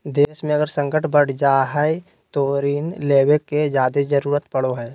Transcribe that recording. देश मे अगर संकट बढ़ जा हय तो ऋण लेवे के जादे जरूरत पड़ो हय